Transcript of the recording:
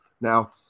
now